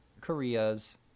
Korea's